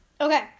Okay